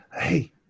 hey